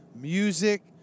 music